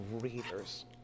readers